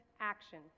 action